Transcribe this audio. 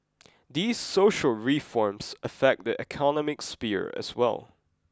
these social reforms affect the economic sphere as well